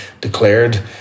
declared